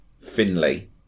Finley